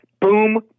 Boom